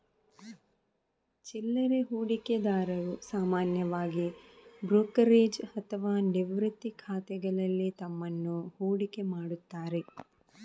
ಚಿಲ್ಲರೆ ಹೂಡಿಕೆದಾರರು ಸಾಮಾನ್ಯವಾಗಿ ಬ್ರೋಕರೇಜ್ ಅಥವಾ ನಿವೃತ್ತಿ ಖಾತೆಗಳಲ್ಲಿ ತಮ್ಮನ್ನು ಹೂಡಿಕೆ ಮಾಡುತ್ತಾರೆ